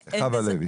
גב' חוה לוי.